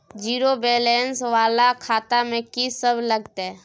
Zero balance वाला खाता में की सब लगतै?